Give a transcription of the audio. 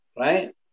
right